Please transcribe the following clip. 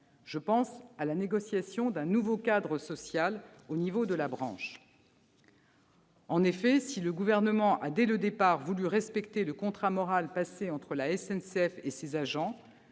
réforme : la négociation d'un nouveau cadre social à l'échelon de la branche. En effet, si le Gouvernement a voulu, dès le départ, respecter le contrat moral passé entre la SNCF et ses agents,